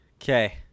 Okay